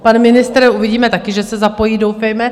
Pan ministr, uvidíme, taky že se zapojí, doufejme.